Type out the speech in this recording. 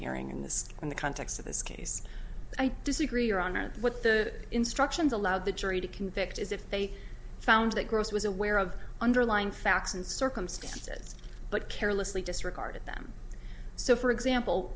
herring in this in the context of this case i disagree your honor what the instructions allow the jury to convict is if they found that gross was aware of underlying facts and circumstances but carelessly disregarded them so for example